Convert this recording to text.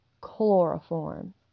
chloroform